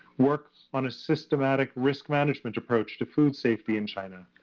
worked on a systematic risk management approach to food safety in china.